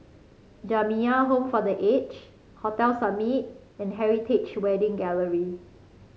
Jamiyah Home for The Aged Hotel Summit and Heritage Wedding Gallery